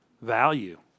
value